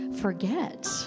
forget